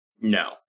No